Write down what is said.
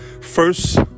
First